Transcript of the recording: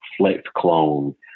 FlexClone